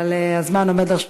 אבל הזמן עומד לרשותך.